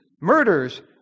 murders